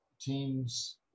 teams